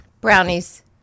brownies